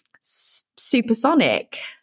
supersonic